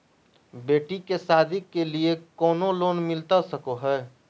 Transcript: बेटी के सादी के लिए कोनो लोन मिलता सको है?